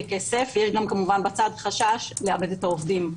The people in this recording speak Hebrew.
כסף ויש גם כמובן חשש לאבד את העובדים.